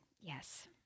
Yes